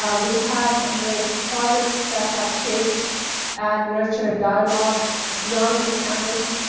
ah we have embraced projects that have shaped and nurtured dialogue beyond this campus